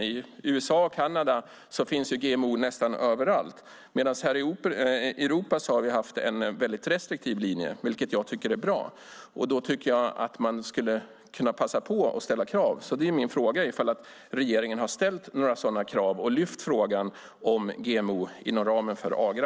I USA och Kanada finns GMO nästan överallt. I Europa har vi haft en väldigt restriktiv linje, vilket jag tycker är bra. Man skulle därför kunna passa på att ställa krav. Min fråga är om regeringen har ställt några sådana krav och lyft fram frågan inom ramen för Agra.